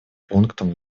пунктом